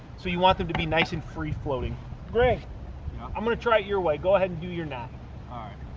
so you want them to be nice and free floating great um gonna try it your way go ahead and do your knot